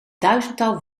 duizendtal